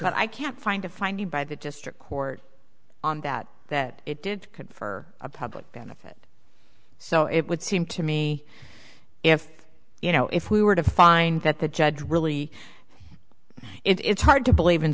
but i can't find a finding by the district court on that that it did for a public benefit so it would seem to me if you know if we were to find that the judge really it's hard to believe in